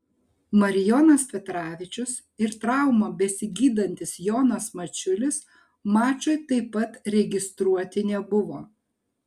marijonas petravičius ir traumą besigydantis jonas mačiulis mačui taip pat registruoti nebuvo